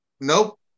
Nope